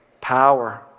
power